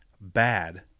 bad